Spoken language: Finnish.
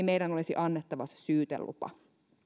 meidän olisi annettava se syytelupa